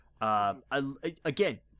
Again